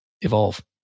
evolve